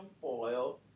foil